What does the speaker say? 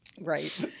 right